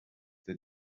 der